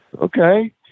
okay